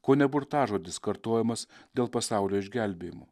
kone burtažodis kartojamas dėl pasaulio išgelbėjimo